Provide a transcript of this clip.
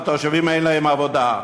והתושבים אין להם עבודה.